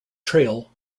trail